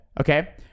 Okay